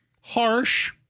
harsh